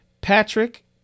Patrick